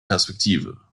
perspektive